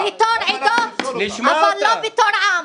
בדיוק, בתור עדות אבל לא בתור עם.